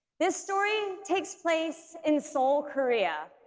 this story takes place in seoul korea